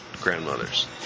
grandmothers